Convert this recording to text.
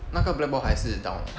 那个 blackboard 还是 down eh